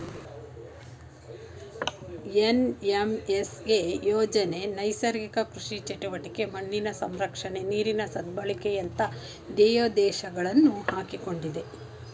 NMSA ಯೋಜನೆ ನೈಸರ್ಗಿಕ ಕೃಷಿ ಚಟುವಟಿಕೆ, ಮಣ್ಣಿನ ಸಂರಕ್ಷಣೆ, ನೀರಿನ ಸದ್ಬಳಕೆಯಂತ ಧ್ಯೇಯೋದ್ದೇಶಗಳನ್ನು ಹಾಕಿಕೊಂಡಿದೆ